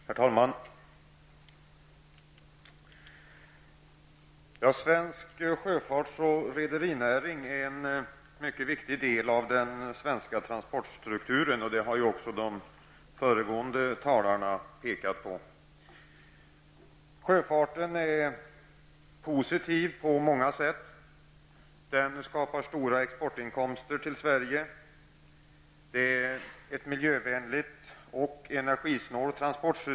Herr talman! Svensk sjöfarts och rederinäring är en mycket viktig del i den svenska transportstrukturen, vilket också föregående talare har pekat på. Sjöfarten är positiv på många sätt. Den skapar stora exportinkomster för Sverige och det är ett miljövänligt och energisnålt transportsystem.